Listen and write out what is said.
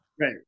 Right